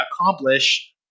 accomplish